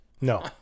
no